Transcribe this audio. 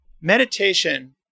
meditation